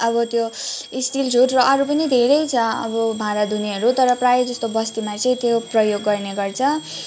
अब त्यो स्टिल झुट र अरू पनि धेरै छ अब भाँडा धुनेहरू तर प्रायः जस्तो बस्तीमा चाहिँ त्यो प्रयोग गर्ने गर्छ